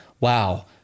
wow